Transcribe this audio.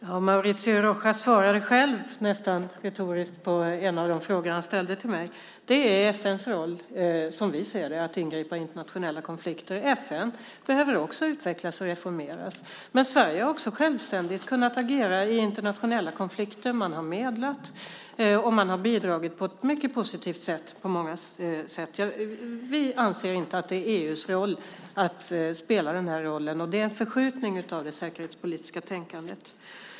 Herr talman! Mauricio Rojas svarade nästan själv retoriskt på en av de frågor han ställde till mig. Som vi ser det är det FN:s roll att ingripa i internationella konflikter. FN behöver också utvecklas och reformeras. Men Sverige har också självständigt kunnat agera i internationella konflikter. Man har medlat, och man har bidragit på ett mycket positivt sätt på många sätt. Vi anser inte att det är EU som ska spela den här rollen. Det är en förskjutning av det säkerhetspolitiska tänkandet.